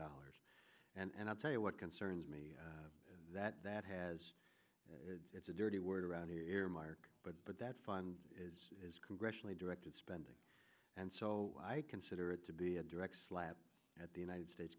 dollars and i'll tell you what concerns me that that has it's a dirty word around earmark but but that fund is congressionally directed spending and so i consider it to be a direct slap at the united states